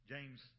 James